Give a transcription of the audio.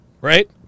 Right